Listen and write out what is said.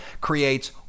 creates